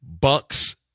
Bucks